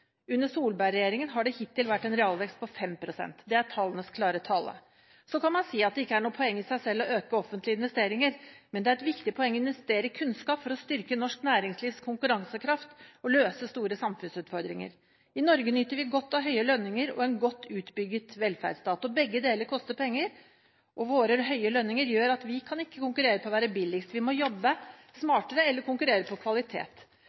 Under Solberg-regjeringen har det hittil vært en realvekst på 5 pst. Det er tallenes klare tale. Så kan man si at det ikke er noe poeng i seg selv å øke offentlige investeringer, men det er et viktig poeng å investere i kunnskap for å styrke norsk næringslivs konkurransekraft og løse store samfunnsutfordringer. I Norge nyter vi godt av høye lønninger og en godt utbygget velferdsstat. Begge deler koster penger, og våre høye lønninger gjør at vi ikke kan konkurrere om å være billigst. Vi må jobbe smartere eller konkurrere om kvalitet.